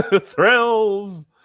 Thrills